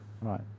Right